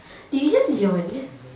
did you just yawn